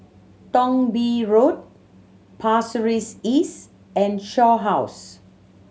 Thong Bee Road Pasir Ris East and Shaw House